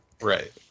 right